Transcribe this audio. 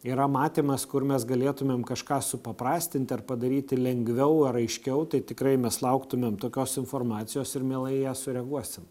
yra matymas kur mes galėtumėm kažką supaprastinti ar padaryti lengviau ar aiškiau tai tikrai mes lauktumėm tokios informacijos ir mielai į ją sureaguosim